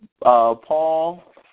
Paul